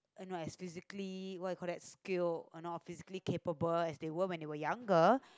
uh not as physically what you call that skilled or not as physically capable as they were when they were younger